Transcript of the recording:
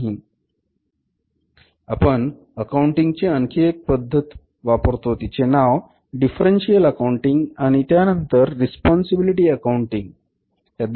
Refer Slide Time 2437 आपण accounting ची आणखी एक पद्धत वापरतो तिचे नाव डिफरन्सियल अकाउंटिंग आणि त्यानंतर रिस्पॉन्सिबिलिटी अकाउंटिंग वापरतो